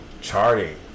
charting